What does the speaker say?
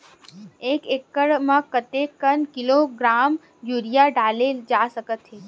एक एकड़ म कतेक किलोग्राम यूरिया डाले जा सकत हे?